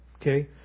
Okay